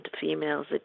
females